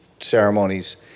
ceremonies